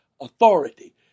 authority